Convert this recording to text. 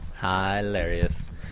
Hilarious